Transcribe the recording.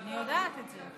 אני יודעת את זה.